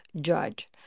judge